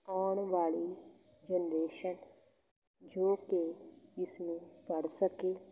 ਆਉਣ ਵਾਲੀ ਜਨਰੇਸ਼ਨ ਜੋ ਕਿ ਇਸ ਨੂੰ ਪੜ੍ਹ ਸਕੇ